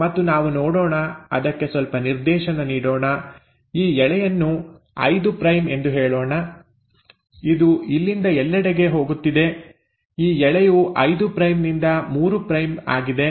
ಮತ್ತು ನಾವು ನೋಡೋಣ ಅದಕ್ಕೆ ಸ್ವಲ್ಪ ನಿರ್ದೇಶನ ನೀಡೋಣ ಈ ಎಳೆಯನ್ನು 5 ಪ್ರೈಮ್ ಎಂದು ಹೇಳೋಣ ಇದು ಇಲ್ಲಿಂದ ಎಲ್ಲೆಡೆಗೆ ಹೋಗುತ್ತಿದೆ ಈ ಎಳೆಯು 5 ಪ್ರೈಮ್ ನಿಂದ 3 ಪ್ರೈಮ್ ಆಗಿದೆ